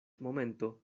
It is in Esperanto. momento